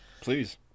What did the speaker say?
please